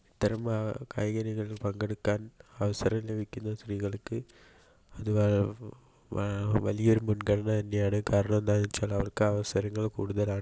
ഇത്തരം കായിക രംഗങ്ങളിൽ പങ്കെടുക്കാൻ അവസരം ലഭിക്കുന്ന സ്ത്രീകൾക്ക് അത് വ വലിയ ഒരു മുൻഗണന തന്നെയാണ് കാരണം എന്താണെന്ന് വെച്ചാൽ അവർക്ക് അവസരങ്ങളും കൂടുതലാണ്